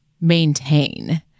maintain